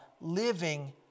living